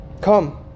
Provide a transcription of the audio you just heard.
Come